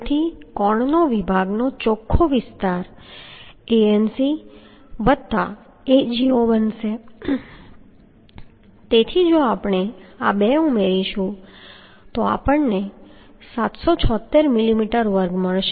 તેથી કોણ વિભાગનો ચોખ્ખો વિસ્તાર Anc પ્લસ Ago બનશે તેથી જો આપણે આ બે ઉમેરીશું તો આપણને 776 મિલીમીટર વર્ગ મળશે